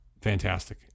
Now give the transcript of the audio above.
fantastic